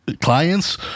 clients